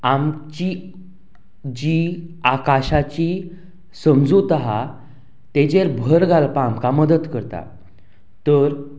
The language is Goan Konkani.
आमची जी आकाशाची समजूत आहा तेजेर भर घालपा आमकां मदत करता तर